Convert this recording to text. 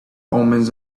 omens